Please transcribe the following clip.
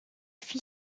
fit